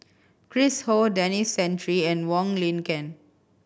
Chris Ho Denis Santry and Wong Lin Ken